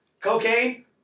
cocaine